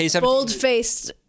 bold-faced